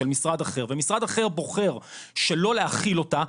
של משרד אחר ומשרד אחר בוחר שלא להחיל אותה,